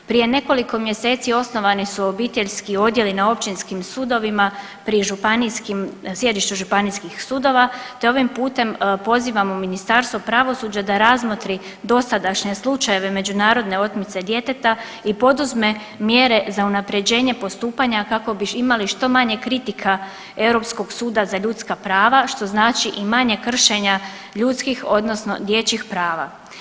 Prije nekoliko mjeseci osnovani su obiteljskih odjeli na općinskim sudovima, pri županijskim, sjedištu županijskih sudova te ovim putem pozivamo Ministarstvo pravosuđa da razmotri dosadašnje slučajeve međunarodne otmice djeteta i poduzme mjere za unaprjeđenje postupanja kako bi imali što manje kritika Europskog suda za ljudska prava, što znači i manje kršenja ljudskih odnosno dječjih prava.